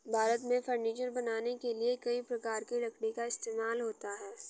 भारत में फर्नीचर बनाने के लिए कई प्रकार की लकड़ी का इस्तेमाल होता है